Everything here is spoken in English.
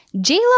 J-Lo